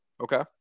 okay